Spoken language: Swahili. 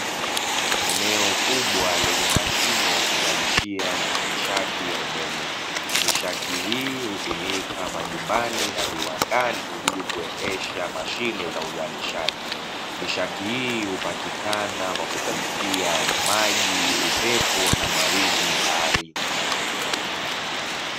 Eneo kubwa lenye mashine ya kuzalishia nishati ya umeme, nishati hii hutumika majumbani na viwandani ilikuendesha mashine za uzalishaji. Nishati hii hupatikana kwa kupitia maji, upepo na mawimbi baharini.